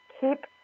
keep